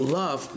love